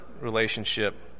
relationship